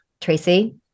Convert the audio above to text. Tracy